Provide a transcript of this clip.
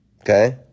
Okay